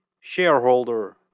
shareholder